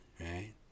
right